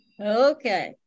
okay